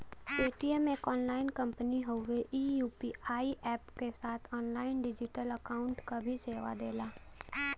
Paytm एक online company हउवे ई यू.पी.आई अप्प क साथ ऑनलाइन डिजिटल अकाउंट क भी सेवा देला